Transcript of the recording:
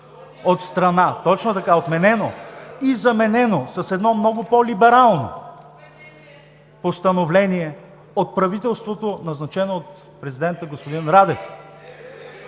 БИКОВ: Точно, така, отменено и заменено с едно много по-либерално постановление от правителството, назначено от президента господин Радев.